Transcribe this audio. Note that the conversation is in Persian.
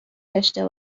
داشته